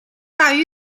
大于